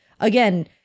again